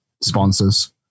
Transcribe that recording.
Sponsors